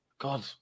God